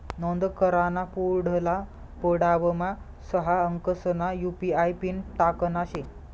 नोंद कराना पुढला पडावमा सहा अंकसना यु.पी.आय पिन टाकना शे